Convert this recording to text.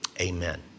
amen